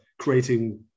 creating